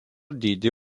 dydį